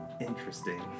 interesting